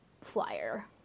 flyer